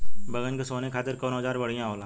बैगन के सोहनी खातिर कौन औजार बढ़िया होला?